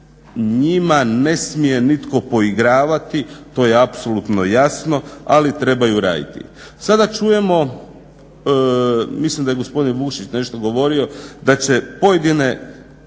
njima ne smije nitko poigravati to je apsolutno jasno, ali trebaju raditi. Sada čujemo, mislim da je gospodin Vukšić nešto govorio da će pojedine